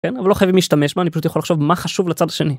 אבל לא חייבים להשתמש בה אני פשוט יכול לחשוב מה חשוב לצד השני.